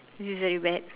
this is very bad